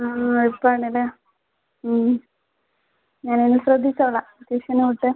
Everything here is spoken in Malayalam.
ആ എളുപ്പമാണല്ലേ ഞാനിനി ശ്രദ്ധിച്ചോളാം ട്യൂഷന് വിട്ട്